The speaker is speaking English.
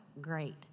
Great